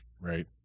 right